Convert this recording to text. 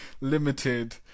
limited